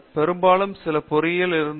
பெரும்பாலும் பிற பொறியியல் இருந்தது